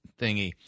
thingy